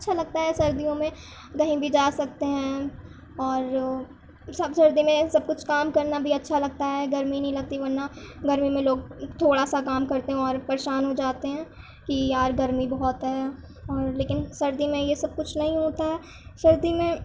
اچھا لگتا سردیوں میں کہیں بھی جا سکتے ہیں اور سب سردی میں سب کچھ کام کرنا بھی اچھا لگتا ہے گرمی نہیں لگتی ورنہ گرمی میں لوگ تھوڑا سا کام کرتے ہیں اور پریشان ہو جاتے ہیں کہ یار گرمی بہت ہے اور لیکن سردی میں یہ سب کچھ نہیں ہوتا ہے سردی میں